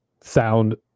sound